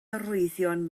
arwyddion